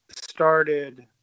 started